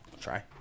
try